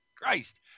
Christ